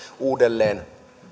uudelleen